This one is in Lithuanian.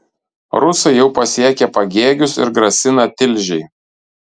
rusai jau pasiekė pagėgius ir grasina tilžei